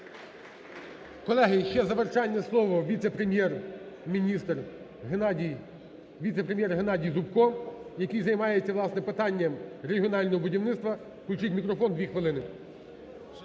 Колеги, ще завершальне слово – віце-прем'єр-міністр, Геннадій Зубко, який займається, власне, питанням регіонального будівництва. Включіть мікрофон, дві хвилини.